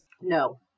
No